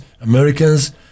Americans